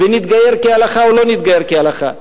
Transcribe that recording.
נתגייר כהלכה או לא נתגייר כהלכה,